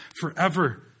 forever